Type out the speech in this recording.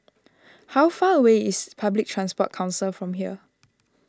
how far away is Public Transport Council from here